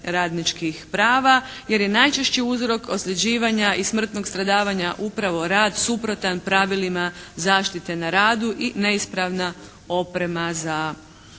radničkih prava, jer je najčešći uzrok ozljeđivanja i smrtnog stradavanja upravo rad suprotan pravilima zaštite na radu i neispravna oprema za